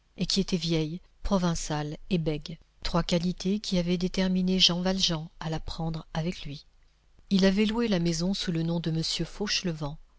et qui était vieille provinciale et bègue trois qualités qui avaient déterminé jean valjean à la prendre avec lui il avait loué la maison sous le nom de